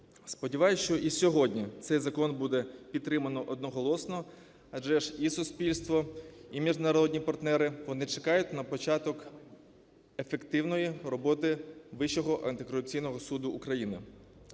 Сподіваюсь, що і сьогодні цей закон буде підтримано одноголосно адже ж і суспільство, і міжнародні партнери, вони чекають на початок ефективної роботи Вищого антикорупційного суду України.